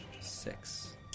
Six